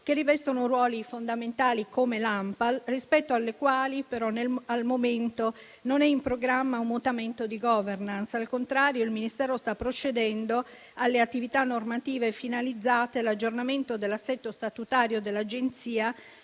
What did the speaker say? che rivestono ruoli fondamentali come l'ANPAL, rispetto alle quali, però, al momento non è in programma un mutamento di *governance.* Al contrario, il Ministero sta procedendo alle attività normative finalizzate all'aggiornamento dell'assetto statutario dell'Agenzia